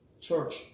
Church